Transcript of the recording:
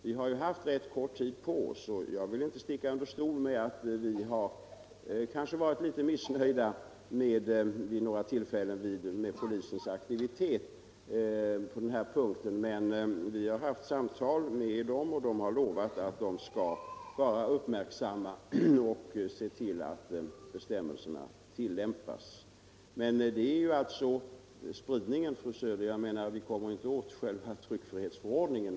Vi har ju haft ganska kort tid på oss, och jag vill inte sticka under stol med att vi vid några tillfällen har varit litet missnöjda med polisens aktivitet på den här punkten. Men vi har haft samtal med polisen och man har där lovat att vara mera uppmärksam och se till att bestämmelserna tilllämpas. Och, fru Söder, med sådana åtgärder som vi då kan vidta när det gäller spridningen kommer vi ju inte åt själva tryckfrihetsförordningen.